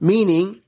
Meaning